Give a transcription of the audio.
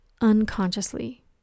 unconsciously